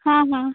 हां हां